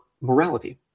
morality